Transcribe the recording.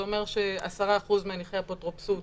זה אומר ש-10% מהליכי האפוטרופסות